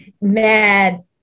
mad